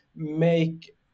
make